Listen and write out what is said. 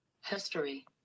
History